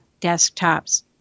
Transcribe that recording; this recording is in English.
desktops